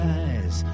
eyes